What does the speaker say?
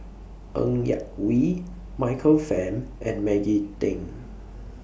Ng Yak Whee Michael Fam and Maggie Teng